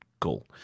cool